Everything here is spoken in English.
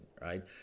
right